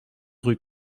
rue